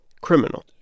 criminal